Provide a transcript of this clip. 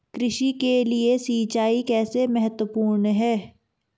कृषि के लिए सिंचाई कैसे महत्वपूर्ण है?